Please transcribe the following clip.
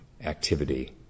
activity